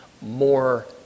more